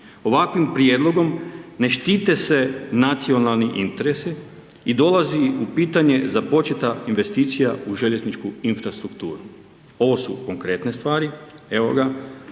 Ovakvim prijedlogom ne štite se nacionalnim interesi i dolazi u pitanje započeta investicija u željezničku infrastrukturu, ovo su konkretne stvari,